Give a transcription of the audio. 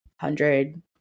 hundred